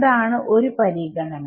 അതാണ് ഒരു പരിഗണന